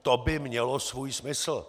To by mělo svůj smysl.